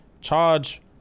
charge